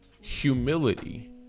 Humility